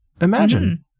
Imagine